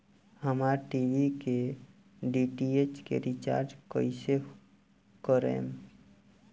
हमार टी.वी के डी.टी.एच के रीचार्ज कईसे करेम?